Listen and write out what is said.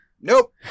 Nope